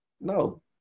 No